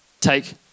take